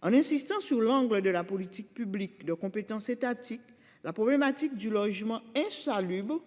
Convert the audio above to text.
En insistant sur l'angle de la politique publique de compétences étatiques. La problématique du logement insalubre.